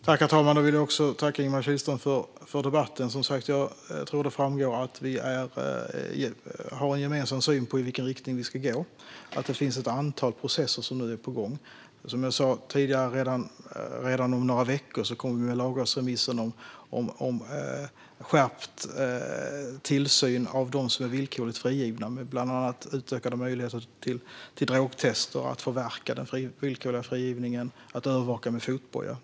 Herr talman! Tack, Ingemar Kihlström, för debatten! Jag tror att det framgår att vi har en gemensam syn på i vilken riktning vi ska gå. Det finns ett antal processer som nu är på gång. Som jag sa tidigare kommer redan om några veckor lagrådsremissen om skärpt tillsyn av dem som är villkorligt frigivna, med bland annat utökade möjligheter till drogtester, förverkande av den villkorliga frigivningen och övervakning med fotboja.